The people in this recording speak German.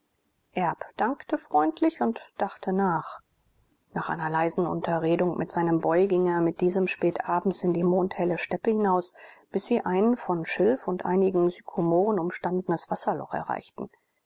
dankte freundlich und dachte nach nach einer leisen unterredung mit seinem boy ging er mit diesem spätabends in die mondhelle steppe hinaus bis sie ein von schilf und einigen sykomoren umstandenes wasserloch erreichten